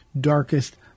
darkest